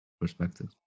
perspective